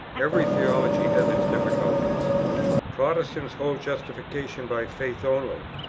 every theology has its difficulties protestants hold justification by faith only,